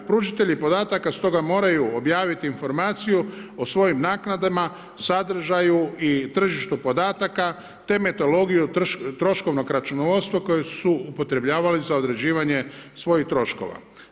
Pružatelji podataka, stoga moraju objaviti informaciju o svojim naknadama, sadržaju i tržištu podataka, te metodologiju troškovnog računovodstva, kojeg su upotrebljavali za određivanje svojih troškova.